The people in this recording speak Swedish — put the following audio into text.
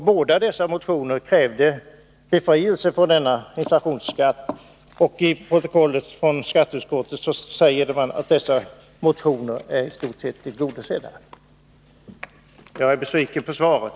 I båda dessa motioner krävdes befrielse från inflationsbeskattning i detta fall, och i betänkandet från skatteutskottet säger man att motionerna i stort sett är tillgodosedda. Jag är besviken på svaret.